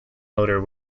loader